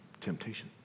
temptation